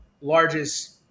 largest